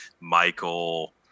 Michael